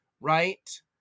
right